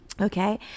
okay